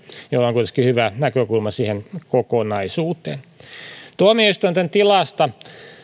jolla on kuitenkin hyvä näkökulma siihen kokonaisuuteen tuomioistuinten tilasta